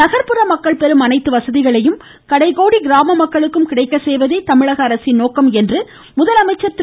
நகர்ப்புற மக்கள் பெறும் அனைத்து வசதிகளையும் கடைகோடி கிராம மக்களுக்கும் கிடைக்கச் செய்வதே தமிழக அரசின் நோக்கம் என்று முதலமைச்சர் திரு